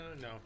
No